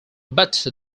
but